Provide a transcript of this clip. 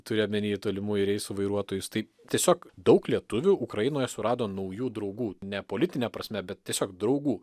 turiu omeny tolimųjų reisų vairuotojus tai tiesiog daug lietuvių ukrainoje surado naujų draugų ne politine prasme bet tiesiog draugų